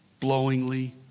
blowingly